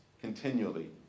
continually